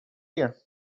here